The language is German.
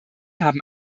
haben